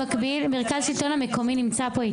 מרכז השלטון המקומי נמצא פה?